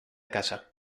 casa